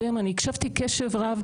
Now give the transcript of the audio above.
שהוא מביא אותם כחבר מביא חבר.